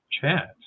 chat